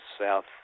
South